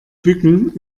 bücken